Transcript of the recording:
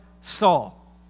Saul